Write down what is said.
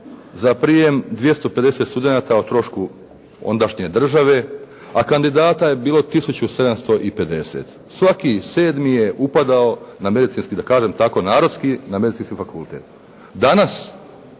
za prijem 250 studenata o trošku ondašnje države, a kandidata je bilo 1750. Svaki sedmi je upadao na medicinski da kažem tako narodski, na medicinski fakultet. Danas